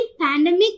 pandemic